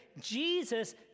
Jesus